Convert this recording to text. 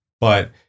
But-